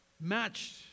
matched